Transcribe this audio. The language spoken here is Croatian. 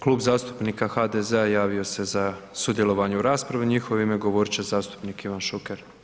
Klub zastupnika HDZ-a javio se za sudjelovanje u raspravi u njihovo ime govoriti će zastupnik Ivan Šuker.